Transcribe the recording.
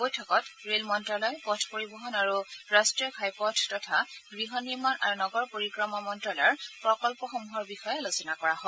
বৈঠকত ৰেল মন্তালয় পথ পৰিবহন আৰু ৰাষ্টীয় ঘাইপথ তথা গৃহ নিৰ্মাণ আৰু নগৰ পৰিক্ৰমা মন্তালয়ৰ প্ৰকল্পসমূহৰ বিষয়ে আলোচনা কৰা হয়